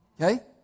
okay